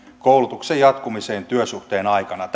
koulutuksen jatkumiseen työsuhteen aikana